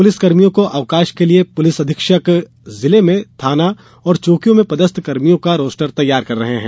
पुलिसकर्मियों को अवकाश के लिये पुलिस अधिक्षक जिले में थाना और चौकियों में पदस्थ कर्मियों का रोस्टर तैयार कर रहे हैं